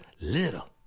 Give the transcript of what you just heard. little